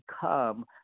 become